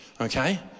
Okay